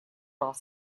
раз